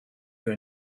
her